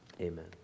Amen